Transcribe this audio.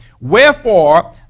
Wherefore